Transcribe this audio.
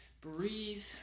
Breathe